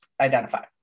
identify